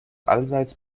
allseits